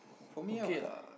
for me I'll